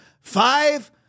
Five